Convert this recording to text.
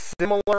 similar